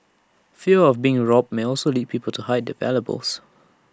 fear of being robbed may also lead people to hide their valuables